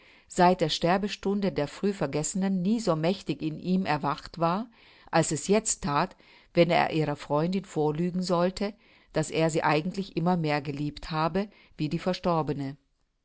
seit der sterbestunde der früh vergessenen nie so mächtig in ihm erwacht war als es jetzt that wenn er ihrer freundin vorlügen sollte daß er sie eigentlich immer mehr geliebt habe wie die verstorbene